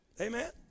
Amen